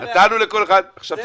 תנו לו לסיים.